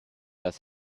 das